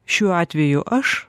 šiuo atveju aš